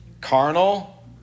Carnal